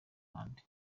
n’ahandi